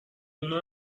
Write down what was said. اونو